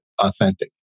authentic